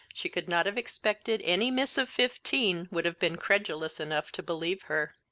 she could not have expected any miss of fifteen would have been credulous enough to believe her.